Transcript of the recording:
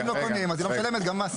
אם לא קונים, אז היא לא משלמת גם מס.